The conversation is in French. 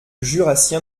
jurassien